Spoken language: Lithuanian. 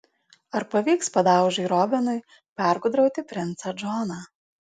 ar pavyks padaužai robinui pergudrauti princą džoną